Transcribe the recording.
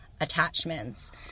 attachments